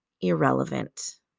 irrelevant